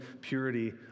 purity